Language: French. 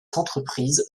entreprise